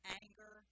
anger